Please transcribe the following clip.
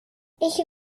ich